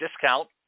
discount